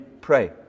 pray